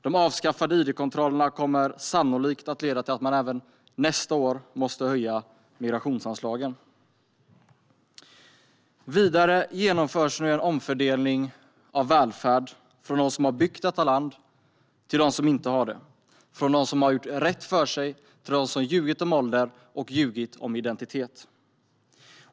De avskaffade idkontrollerna kommer sannolikt att leda till att man även nästa år måste höja migrationsanslagen. Vidare genomförs nu en omfördelning av välfärd från dem som har byggt detta land till dem som inte har det - från dem som har gjort rätt för sig till dem som har ljugit om ålder och identitet.